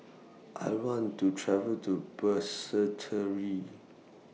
I want to travel to Basseterre